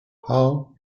how